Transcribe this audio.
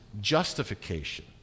justification